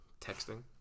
Texting